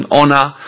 honor